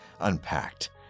unpacked